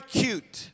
cute